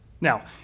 Now